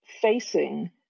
facing